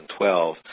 2012